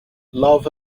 love